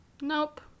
Nope